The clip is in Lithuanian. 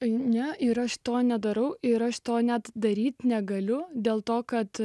ne ir aš to nedarau ir aš to net daryti negaliu dėl to kad